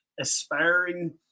aspiring